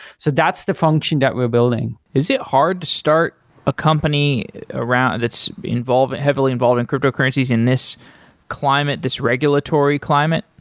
so that's the function that we're building is it hard to start a company around that's involved heavily involved in cryptocurrencies in this climate, this regulatory climate?